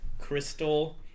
Crystal